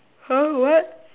!huh! what